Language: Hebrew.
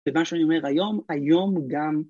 ‫ובמה שאני אומר היום, היום גם...